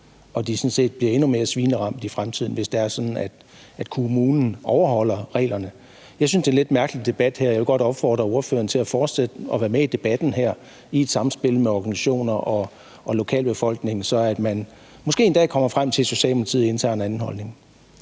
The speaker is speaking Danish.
sådan set endnu mere svineramt i fremtiden, hvis kommunen overholder reglerne. Jeg synes, det her er en lidt mærkelig debat. Jeg vil godt opfordre ordførerne til at fortsætte og være med i debatten i et samspil med organisationer og lokalbefolkning, så man måske en dag kommer frem til, at Socialdemokratiet